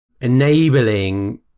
enabling